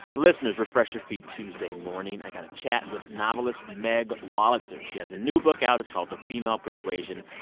listeners, refresh your feed tuesday morning. i got a chat with novelist meg wolitzer. she has a new book out. it's called the female persuasion.